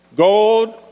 Gold